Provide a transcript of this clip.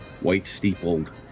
white-steepled